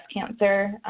Cancer